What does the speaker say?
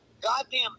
goddamn